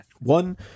One